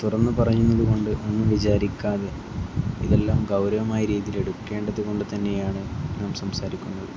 തുറന്ന് പറയുന്നത് കൊണ്ട് ഒന്നും വിചാരിക്കാതെ ഇതെല്ലാം ഗൗരവമായ രീതിയിൽ എടുക്കേണ്ടത് കൊണ്ട് തന്നെയാണ് നാം സംസാരിക്കുന്നത്